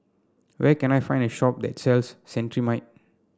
where can I find a shop that sells Cetrimide